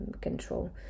control